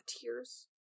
tears